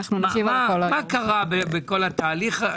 מה קרה בכל התהליך,